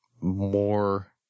more